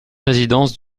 résidence